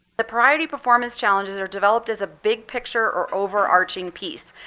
the priority performance challenges are developed as a big picture or overarching piece.